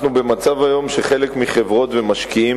אנחנו היום במצב שחלק מהחברות והמשקיעים